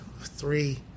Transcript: three